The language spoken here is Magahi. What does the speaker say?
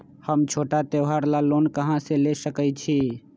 हम छोटा त्योहार ला लोन कहां से ले सकई छी?